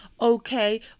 okay